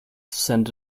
send